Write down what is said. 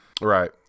Right